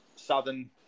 Southern